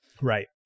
Right